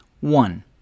One